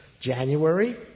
January